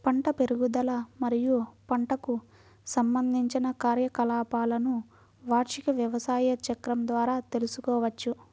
పంట పెరుగుదల మరియు పంటకు సంబంధించిన కార్యకలాపాలను వార్షిక వ్యవసాయ చక్రం ద్వారా తెల్సుకోవచ్చు